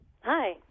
Hi